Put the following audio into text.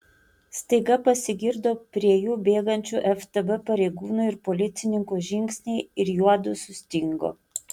staiga pasigirdo prie jų bėgančių ftb pareigūnų ir policininkų žingsniai ir juodu sustingo